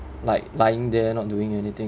like lying there not doing anything